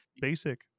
basic